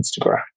Instagram